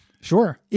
Sure